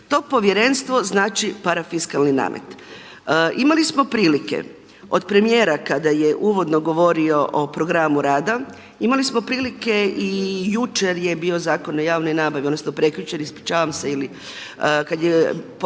To Povjerenstvo znači parafiskalni namet. Imali smo prilike od premijera kada je uvodno govorio o programu rada, imali smo prilike i jučer je bio Zakon o javnoj nabavi, odnosno prekjučer, ispričavam se ili kada je potpredsjednica